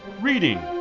Reading